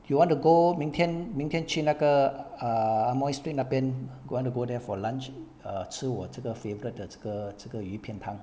you want to go 明天明天去那个 ah amoy street 那边 want to go there for lunch err 吃我这个 favourite 的这个这个鱼片汤